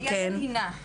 ביד עדינה.